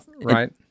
Right